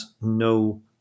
no